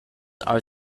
are